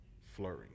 flurry